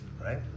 right